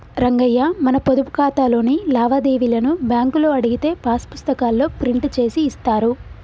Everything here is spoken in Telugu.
రంగయ్య మన పొదుపు ఖాతాలోని లావాదేవీలను బ్యాంకులో అడిగితే పాస్ పుస్తకాల్లో ప్రింట్ చేసి ఇస్తారు